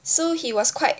so he was quite